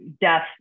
death